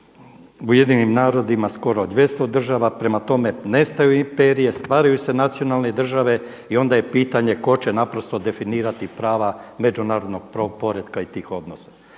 Ujedinjenim narodima skoro 200 država, prema tome nestaju imperije, stvaraju se nacionalne države i onda je pitanje tko će naprosto definirati prava međunarodnog poretka i tih odnosa.